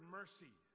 mercy